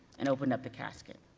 and opened up the casket.